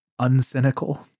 uncynical